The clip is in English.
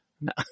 No